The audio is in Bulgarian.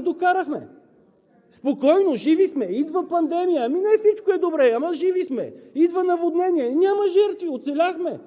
„Да сме живи и здрави!“ „Живи сме!“ – то вече дотам я докарахме. „Спокойно, живи сме!“ Идва пандемия – „Ами, не всичко е добре, ама живи сме!“ Идва наводнение – „Няма жертви, оцеляхме!“